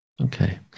Okay